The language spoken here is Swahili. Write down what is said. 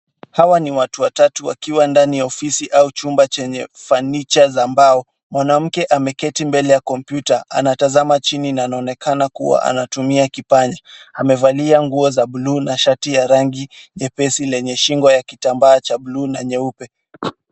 Hawa ni watu watatu wakiwa ndani ya ofisi au chumba chenye fanicha za mbao, mwanamke ameketi mbele ya kompyuta, anatazama chini na anaonekana kuwa anatumia kipaji. Amevalia nguo za bluu na shati ya rangi nyepesi lenye shingo ya kitambaa cha bluu na nyeupe.